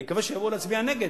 אני מקווה שיבואו להצביע נגד,